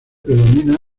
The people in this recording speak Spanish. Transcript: predomina